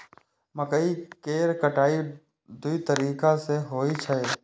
मकइ केर कटाइ दू तरीका सं होइ छै